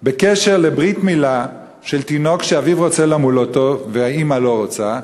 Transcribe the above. בעניין ברית-מילה של תינוק שאביו רוצה למול אותו והאימא לא רוצה,